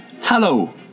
hello